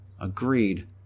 Agreed